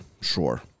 Sure